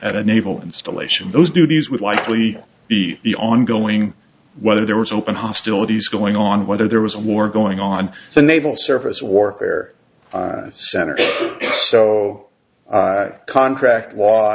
at a naval installation those duties would likely be the ongoing whether there was open hostilities going on whether there was war going on the naval surface warfare center so contract law